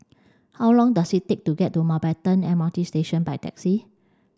how long does it take to get to Mountbatten M R T Station by taxi